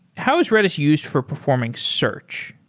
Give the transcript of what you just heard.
how is redis used for performing search?